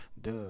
Duh